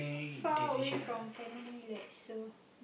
far away from family like so